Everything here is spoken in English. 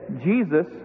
Jesus